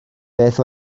beth